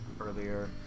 earlier